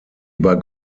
über